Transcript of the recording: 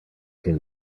can